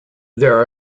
there